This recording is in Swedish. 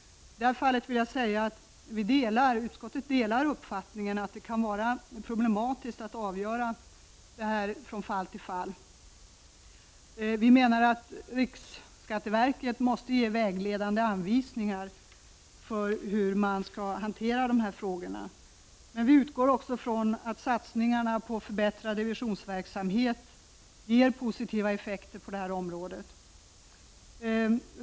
Utskottet delar uppfattningen att det kan vara problematiskt att avgöra detta från fall till fall. Vi menar att riksskatte 153 verket måste ge vägledande anvisningar för hur dessa frågor skall hanteras, men vi utgår också från att satsningarna på förbättrad revisionsverksamhet ger positiva effekter på detta område.